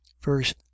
Verse